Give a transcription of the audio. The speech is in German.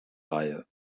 reihe